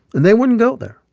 and they wouldn't go there,